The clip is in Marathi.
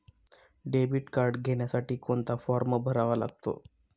डेबिट कार्ड घेण्यासाठी कोणता फॉर्म भरावा लागतो?